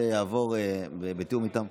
זה יעבור בתיאום איתם.